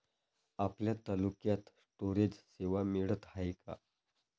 आपल्या तालुक्यात स्टोरेज सेवा मिळत हाये का?